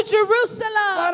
Jerusalem